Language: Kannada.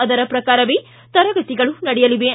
ಅದರ ಪ್ರಕಾರವೇ ತರಗತಿಗಳು ನಡೆಯಲಿವೆ